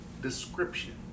description